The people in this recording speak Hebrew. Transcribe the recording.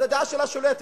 אז הדעה שלה שולטת.